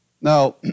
Now